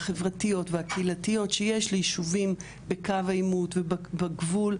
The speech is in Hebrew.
והחברתיות והקהילתיות שיש ליישובים בקו העימות ובגבול,